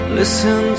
listen